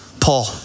Paul